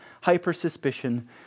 hyper-suspicion